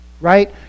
Right